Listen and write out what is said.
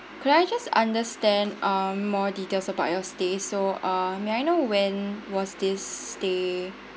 could I just understand um more details about your stay so uh may I know when was this stay